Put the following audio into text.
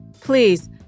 Please